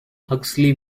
huxley